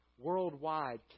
Worldwide